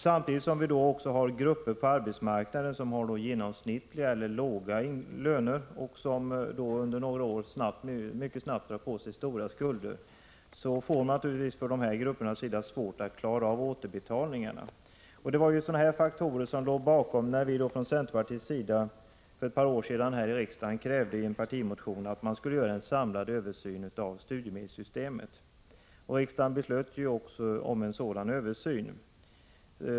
Samtidigt har vi grupper på arbetsmarknaden med högskoleutbildning och genomsnittliga eller låga löner som mycket snabbt dragit på sig stora skulder. De får svårt att klara återbetalningarna. Det var sådana här faktorer som låg bakom när vi från centerpartiets sidai Prot. 1985/86:130 en partimotion här i riksdagen för ett par år sedan krävde en samlad översyn 29 april 1986 av studiemedelssystemet. Riksdagen beslöt också om en sådan översyn.